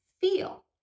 feel